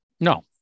No